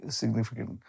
significant